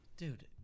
Dude